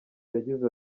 yagize